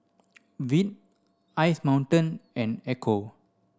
Veet Ice Mountain and Ecco